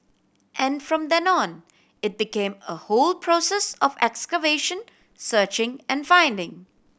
and from then on it became a whole process of excavation searching and finding